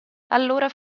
allora